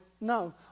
No